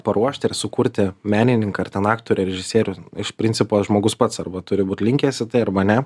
paruošti ir sukurti menininką ar ten aktorių režisierių iš principo žmogus pats arba turi būt linkęs į tai arba ne